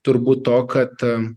turbūt to kad